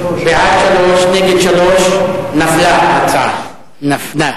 בעד, 3, נגד, 3. ההצעה נפלה,